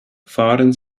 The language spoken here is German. fahren